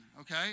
okay